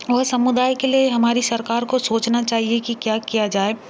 ओय समुदाय के लिए हमारी सरकार को सोचना चाहिए कि क्या किया जाए